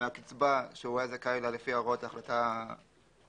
מהקצבה שהיה זכאי לה לפי הוראות ההחלטה העיקרית.